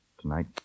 tonight